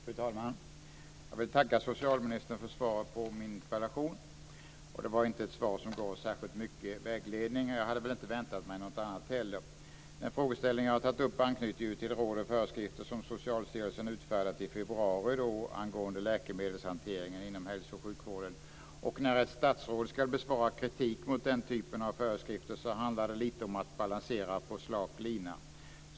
Fru talman! Jag vill tacka socialministern för svaret på min interpellation. Svaret ger inte särskilt mycket vägledning men jag hade väl inte heller väntat mig något annat. Den frågeställning som jag har tagit upp anknyter till råd och föreskrifter som Socialstyrelsen utfärdade i februari angående läkemedelshanteringen inom hälso och sjukvården. När ett statsråd ska besvara kritik mot den typen av föreskrifter handlar det lite grann om att balansera på slak lina.